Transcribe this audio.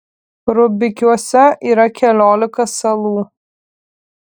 rubikiuose yra keliolika salų